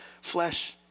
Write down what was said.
flesh